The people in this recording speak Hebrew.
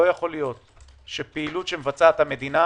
לא יכול להיות שפעילות שמבצעת המדינה